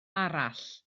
arall